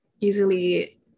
easily